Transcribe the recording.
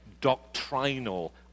doctrinal